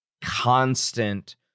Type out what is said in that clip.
constant